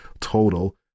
total